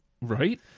Right